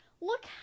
look